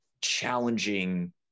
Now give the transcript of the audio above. challenging